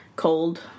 cold